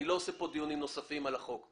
לא אעשה פה דיונים נוספים על הצעת החוק.